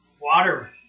water